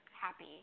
happy